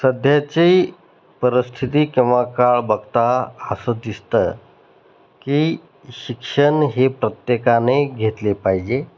सध्याची परिस्थिती किंवा काळ बघता असं दिसतं की शिक्षण हे प्रत्येकाने घेतले पाहिजे